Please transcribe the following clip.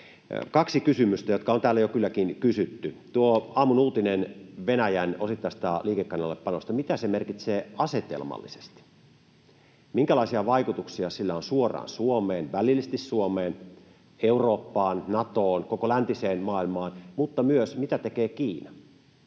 Kaksi kysymystä, jotka on täällä jo kylläkin kysytty. Tuo aamun uutinen Venäjän osittaisesta liikekannallepanosta — mitä se merkitsee asetelmallisesti? Minkälaisia vaikutuksia sillä on suoraan Suomeen, välillisesti Suomeen, Eurooppaan, Natoon, koko läntiseen maailmaan, mutta myös mitä tekevät Kiina